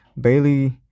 Bailey